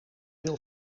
wil